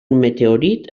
meteorit